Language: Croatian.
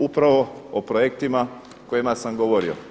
Upravo o projektima o kojima sam govorio.